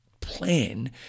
plan